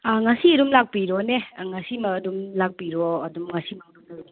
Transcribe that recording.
ꯉꯁꯤ ꯑꯗꯨꯝ ꯂꯥꯛꯄꯤꯔꯣꯅꯦ ꯉꯁꯤꯃꯛ ꯑꯗꯨꯝ ꯂꯥꯛꯄꯤꯔꯣ ꯑꯗꯨꯝ ꯉꯁꯤꯃꯛ ꯑꯗꯨꯝ ꯂꯩꯔꯦ